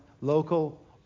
local